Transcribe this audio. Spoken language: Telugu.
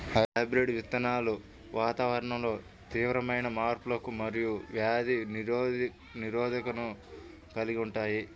హైబ్రిడ్ విత్తనాలు వాతావరణంలో తీవ్రమైన మార్పులకు మరియు వ్యాధి నిరోధకతను కలిగి ఉంటాయి